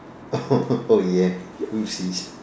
oh ya we'll see